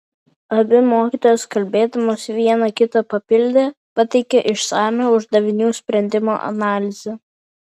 abi mokytojos kalbėdamos viena kitą papildė pateikė išsamią uždavinių sprendimo analizę